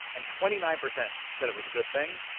and twenty nine percent said it was a good thing.